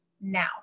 now